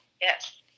Yes